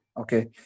Okay